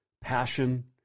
passion